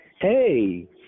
hey